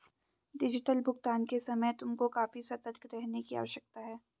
digital भुगतान के समय तुमको काफी सतर्क रहने की आवश्यकता है